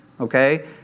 okay